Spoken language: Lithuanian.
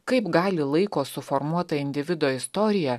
kaip gali laiko suformuota individo istorija